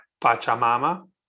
Pachamama